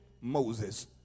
Moses